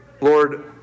Lord